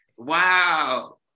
Wow